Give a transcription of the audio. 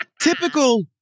Typical